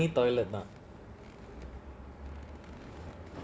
tiny toilet lah